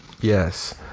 Yes